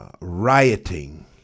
rioting